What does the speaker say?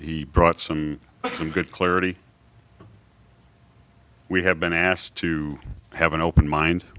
he brought some some good clarity we have been asked to have an open mind